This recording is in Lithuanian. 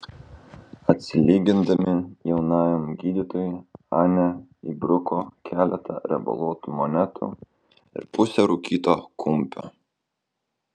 atsilygindami jaunajam gydytojui anie įbruko keletą riebaluotų monetų ir pusę rūkyto kumpio